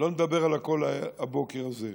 לא נדבר על הכול הבוקר הזה.